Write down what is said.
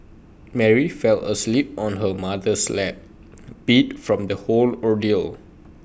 Mary fell asleep on her mother's lap beat from the whole ordeal